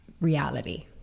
reality